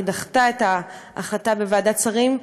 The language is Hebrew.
היא דחתה את ההחלטה בוועדת שרים,